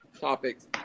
topics